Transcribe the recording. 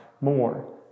more